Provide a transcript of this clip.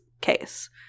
case